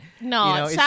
No